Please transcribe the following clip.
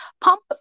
pump